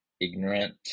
ignorant